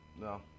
No